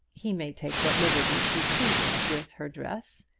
he may take what liberties he pleases with her dress.